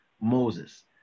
Moses